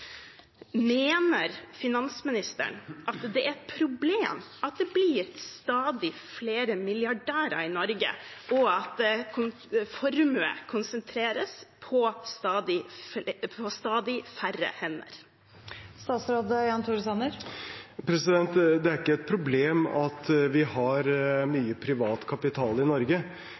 Mener finansministeren at det er et problem at det blir stadig flere milliardærer i Norge, og at formue konsentreres på stadig færre hender? Det er ikke et problem at vi har mye privat kapital i Norge.